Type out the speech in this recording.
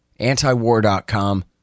Antiwar.com